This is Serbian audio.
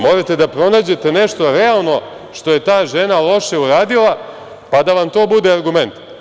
Morate da pronađete nešto što je realno, što je ta žena loše uradila, pa da vam to bude argument.